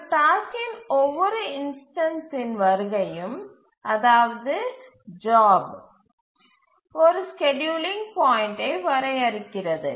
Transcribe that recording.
ஒரு டாஸ்க்கின் ஒவ்வொரு இன்ஸ்டன்ஸ்சின் வருகையும் அதாவது ஜாப் ஒரு ஸ்கேட்யூலிங் பாயிண்டை வரையறுக்கிறது